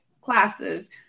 classes